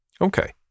Okay